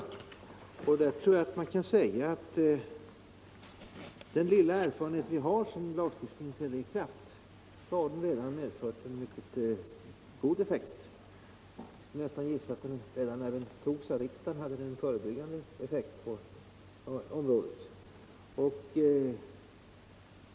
Därför tror jag att man kan säga att den lilla erfarenhet vi har sedan lagstiftningen trädde i kraft visar att den redan medfört en mycket god effekt. Jag skulle nästan gissa att den redan när den antogs av riksdagen hade en förebyggande effekt på området.